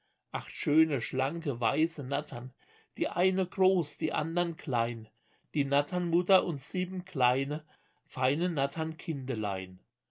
acht schöne schlanke weiße nattern die eine groß die andern klein die natternmutter und sieben kleine feine